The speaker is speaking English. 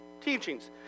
teachings